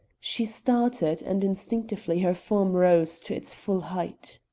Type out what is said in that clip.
she started and instinctively her form rose to its full height.